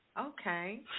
Okay